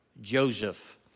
Joseph